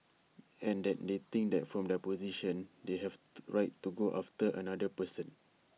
and that they think that from their position they have the right to go after another person